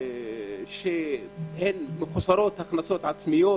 הן מחוסרות הכנסות עצמיות,